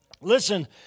Listen